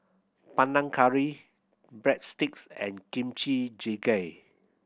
Panang Curry Breadsticks and Kimchi Jjigae